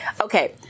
Okay